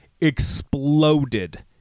Exploded